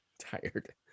tired